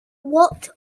what